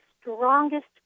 strongest